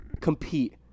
compete